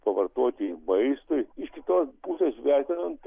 pavartoti maistui iš kitos pusės vertinant